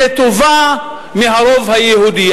זאת טובה מהרוב היהודי.